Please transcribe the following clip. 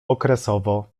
okresowo